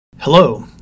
Hello